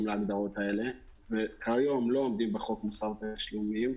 להגדרות האלה וכיום הם לא עומדים בחוק מוסר התשלומים,